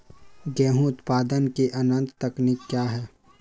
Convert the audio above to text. गेंहू उत्पादन की उन्नत तकनीक क्या है?